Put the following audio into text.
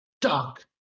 Doc